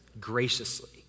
graciously